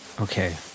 Okay